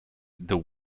the